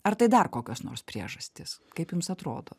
ar tai dar kokios nors priežastys kaip jums atrodo